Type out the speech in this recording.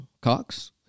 Cox